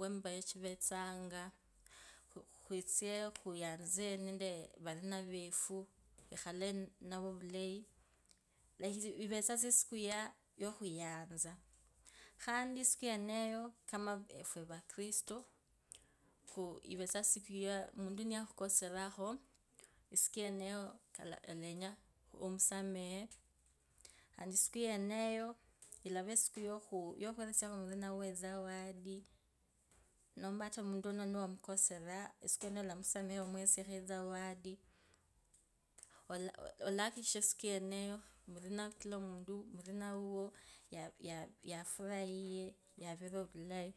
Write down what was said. wemimpayo chivetsanga, khwikhale ninavo vulayi, khandi isiku yeneyo kama vakiristo ivetsanga isiku yokhuyanza, khandi isiku kanza vakiristo ivetsa isiku yaa muntu niyakhukosera omusameho, khandi isiku yeneyo ilavayakhu yokheresiakho murina uwo ezawadi, ola olaki kisha kila omuntucyafurahie yavere ovulai